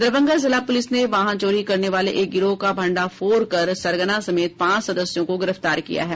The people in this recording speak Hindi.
दरभंगा जिला पुलिस ने वाहन चोरी करने वाले एक गिरोह का भंडाफोड़ कर सरगना समेत पांच सदस्यों को गिरफ्तार किया है